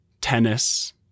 tennis